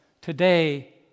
Today